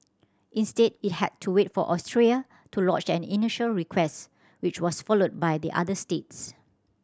instead it had to wait for Austria to lodge an initial request which was followed by the other states